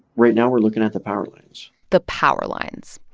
right now we're looking at the power lines the power lines.